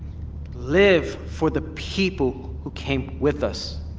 live for the people who came with us.